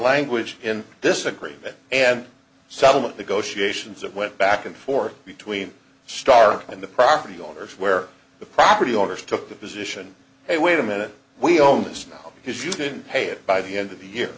language in this agreement and settlement negotiations it went back and forth between star and the property owners where the property owners took the position hey wait a minute we own this now because you couldn't pay it by the end of the year